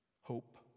Hope